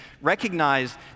recognize